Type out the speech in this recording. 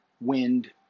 wind